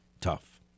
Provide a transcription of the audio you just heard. tough